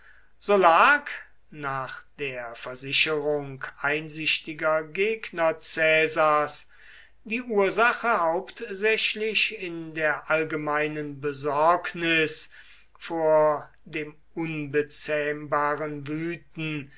so lag nach der versicherung einsichtiger gegner caesars die ursache hauptsächlich in der allgemeinen besorgnis vor dem unbezähmbaren wüten